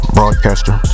broadcaster